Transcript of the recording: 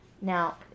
Now